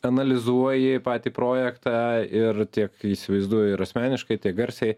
analizuoji patį projektą ir tiek įsivaizduoju ir asmeniškai tiek garsiai